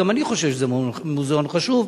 גם אני חושב שזה מוזיאון חשוב.